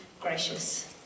gracious